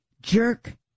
Jerk